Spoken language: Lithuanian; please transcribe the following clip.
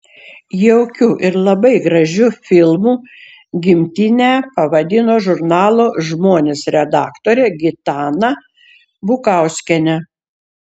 jaukiu ir labai gražiu filmu gimtinę pavadino žurnalo žmonės redaktorė gitana bukauskienė